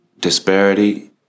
disparity